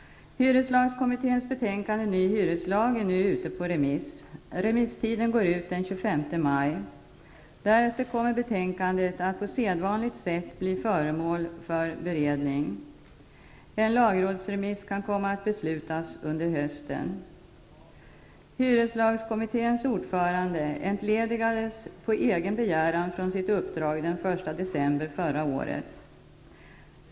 Hyreslagskommitténs betänkande Ny Hyreslag är nu ute på remiss. Remisstiden går ut den 25 maj. Därefter kommer betänkandet att på sedvanligt sätt bli föremål för beredning. En lagrådsremiss kan komma att beslutas under hösten. Hyreslagskommitténs ordförande entledigades på egen begäran från sitt uppdrag den 1 december förra året.